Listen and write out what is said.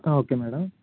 okay madam